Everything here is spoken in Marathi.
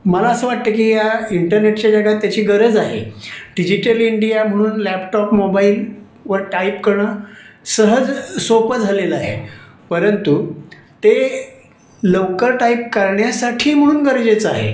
मला असं वाटतं की या इंटरनेटच्या जगात त्याची गरज आहे डिजिटल इंडिया म्हणून लॅपटॉप मोबाईलवर टाईप करणं सहज सोपं झालेलं आहे परंतु ते लवकर टाईप करण्यासाठी म्हणून गरजेचं आहे